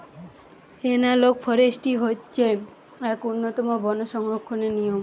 analogue forestry হচ্ছে এক উন্নতম বন সংরক্ষণের নিয়ম